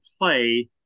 play